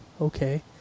okay